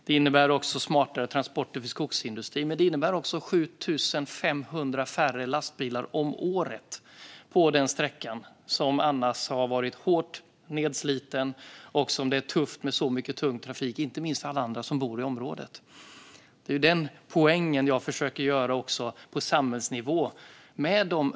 Det innebär också smartare transporter för skogsindustrin och 7 500 lastbilar färre om året på en sträcka som tidigare varit hårt nedsliten. Det är tufft med så mycket tung trafik, inte minst för alla som bor i området. Det är denna poäng jag försöker göra också på samhällsnivå.